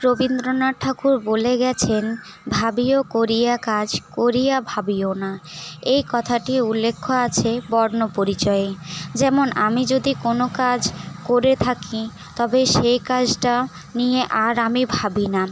রবীন্দ্রনাথ ঠাকুর বলে গিয়েছেন ভাবিয়া করিও কাজ করিয়া ভাবিও না এই কথাটি উল্লেখ আছে বর্ণপরিচয়ে যেমন আমি যদি কোনো কাজ করে থাকি তবে সে কাজটা নিয়ে আর আমি ভাবি না